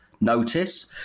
Notice